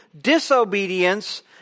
disobedience